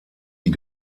die